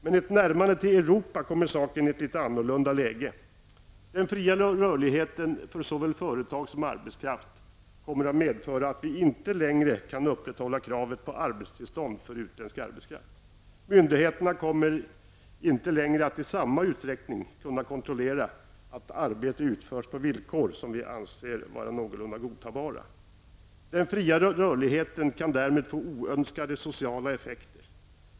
Med ett närmande till Europa kommer saken i ett annorlunda läge. Den fria rörligheten för såväl företag som arbetskraft kommer att medföra att vi inte längre kan upprätthålla kravet på arbetstillstånd för utländsk arbetskraft. Myndigheterna kommer inte längre att i samma utsträckning kunna kontrollera att arbete utförs på villkor som vi anser vara någorlunda godtagbara. Den fria rörligheten kan därmed få oönskade sociala effekter.